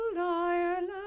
Ireland